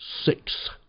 six